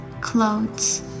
clothes